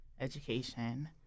education